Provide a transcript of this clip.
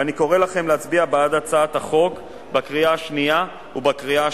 ואני קורא לכם להצביע בעד הצעת החוק בקריאה השנייה והשלישית.